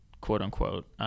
quote-unquote